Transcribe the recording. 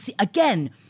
again